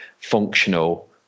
functional